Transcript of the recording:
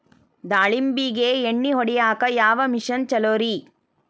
ದಾಳಿಂಬಿಗೆ ಎಣ್ಣಿ ಹೊಡಿಯಾಕ ಯಾವ ಮಿಷನ್ ಛಲೋರಿ?